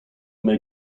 may